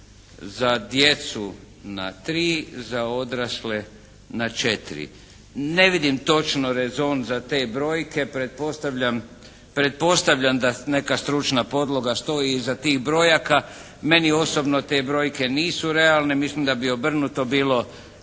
za djecu na 3, za odrasle na 4. Ne vidim točno rezon za te brojke, pretpostavljam da neka stručna podloga stoji iza tih brojaka. Meni osobno te brojke nisu realne, mislim da bi obrnuto bilo